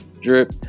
drip